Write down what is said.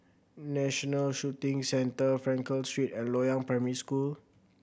National Shooting Centre Frankel Street and Loyang Primary School